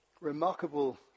Remarkable